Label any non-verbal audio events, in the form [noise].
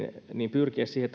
pyrkiä siihen [unintelligible]